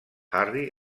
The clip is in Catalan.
harry